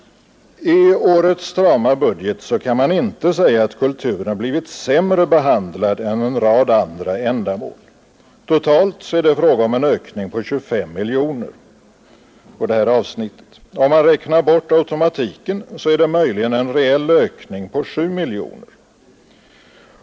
I årets strama budget kan man inte säga att kulturen blivit sämre behandlad än en rad andra ändamål. Totalt är det fråga om en ökning med 25 miljoner på det här avsnittet. Om man räknar bort automatiken, är det möjligen en reell ökning på 7 miljoner.